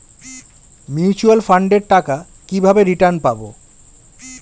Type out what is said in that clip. Mutual ফান্ডের টাকা কিভাবে রিটার্ন পাব?